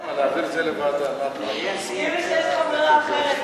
כאילו יש לך ברירה אחרת.